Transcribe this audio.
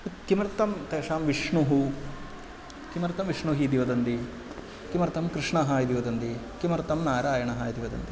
तत् किमर्थं तेषां विष्णुः किमर्थं विष्णुः इति वदन्ति किमर्थं कृष्णः इति वदन्ति किमर्थं नारायणः इति वदन्ति